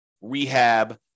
rehab